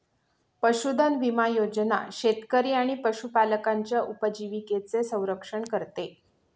पशुधन विमा योजना शेतकरी आणि पशुपालकांच्या उपजीविकेचे संरक्षण करते